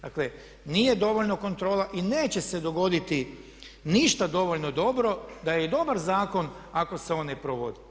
Dakle, nije dovoljna kontrola i neće se dogoditi ništa dovoljno dobro da je i dobar zakon ako se on ne provodi.